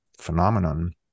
phenomenon